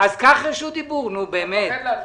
אנחנו מתקנים עיוות בין עכו לנהריה.